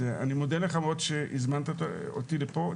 אז אני מודה לך מאוד שהזמנת אותי לפה,